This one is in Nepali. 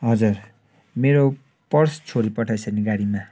हजुर मेरो पर्स छोडिपठाएछ नि गाडीमा